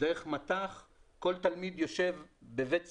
כל תלמיד יושב בבית ספרו,